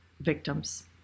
victims